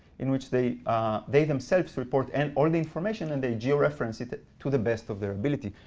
in which they they themselves report and all the information, and they geo-reference it to the best of their ability.